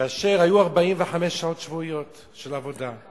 והיו 45 שעות שבועיות של עבודה.